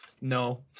no